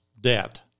debt